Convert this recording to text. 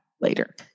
later